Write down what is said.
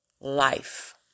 Life